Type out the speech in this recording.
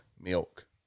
milk